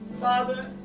Father